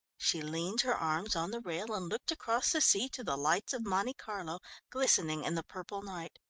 she leant her arms on the rail and looked across the sea to the lights of monte carlo glistening in the purple night.